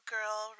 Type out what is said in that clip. Girl